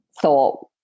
thought